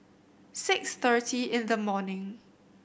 six thirty in the morning